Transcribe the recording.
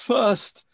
First